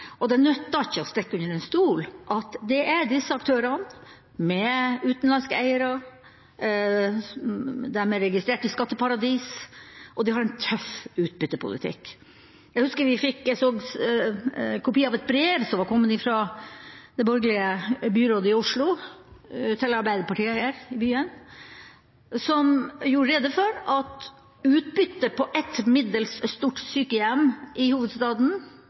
utenlandske eiere, er registrert i skatteparadis og har en tøff utbyttepolitikk. Jeg husker at vi fikk kopi av et brev som kom fra det borgerlige byrådet i Oslo til Arbeiderpartiet i byen, som gjorde rede for at utbyttet på et middels stort sykehjem i hovedstaden